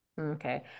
Okay